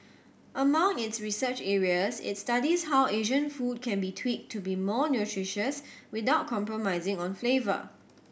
among its research areas it studies how Asian food can be tweaked to be more nutritious without compromising on flavour